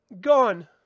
gone